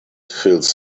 fills